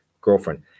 girlfriend